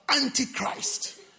anti-Christ